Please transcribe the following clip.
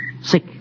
sick